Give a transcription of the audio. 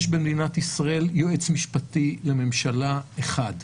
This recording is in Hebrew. יש במדינת ישראל יועץ משפטי לממשלה אחד.